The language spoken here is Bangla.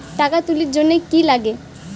টাকা তুলির জন্যে কি লাগে?